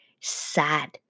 sad